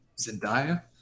Zendaya